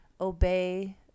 Obey